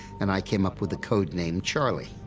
and i came up with the code name charlie,